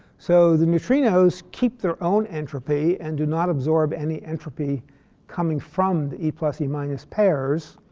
so the neutrinos keep their own entropy and do not absorb any entropy coming from the e plus e minus pairs.